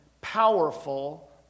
powerful